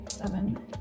Seven